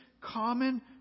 common